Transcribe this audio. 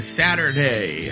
saturday